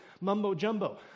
mumbo-jumbo